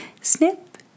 Snip